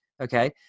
Okay